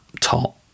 top